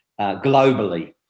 globally